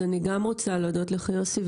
אז אני גם רוצה להודות לך יוסי,